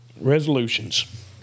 resolutions